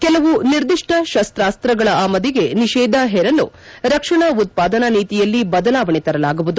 ಕೆಲವು ನಿರ್ದಿಷ್ಟ ಶಸ್ತ್ರಾಸ್ತ್ರಗಳ ಆಮದಿಗೆ ನಿಷೇಧ ಹೇರಲು ರಕ್ಷಣಾ ಉತ್ಪಾದನಾ ನೀತಿಯಲ್ಲಿ ಬದಲಾವಣೆ ತರಲಾಗುವುದು